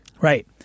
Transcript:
Right